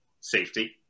safety